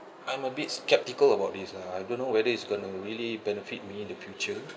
I'm a bit skeptical about this ah I don't know whether it's gonna really benefit me in the future